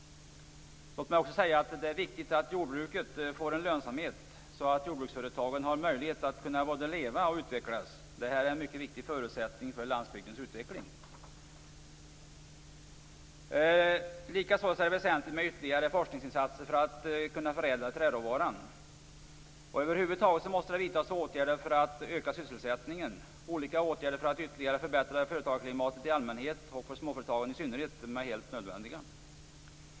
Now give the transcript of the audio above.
Låt mig också säga att det är viktigt att jordbruket får en lönsamhet så att jordbruksföretagen har en möjlighet att både leva och utvecklas. Det är en mycket viktig förutsättning för landsbygdens utveckling. Likaså är det väsentligt med ytterligare forskningsinsatser för att ytterligare kunna förädla träråvara. Över huvud taget måste det vidtas åtgärder för att öka sysselsättningen. Olika åtgärder för att ytterligare förbättra företagarklimatet i allmänhet och för småföretagen i synnerhet är helt nödvändiga.